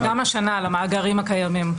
וגם השנה למאגרים הקיימים,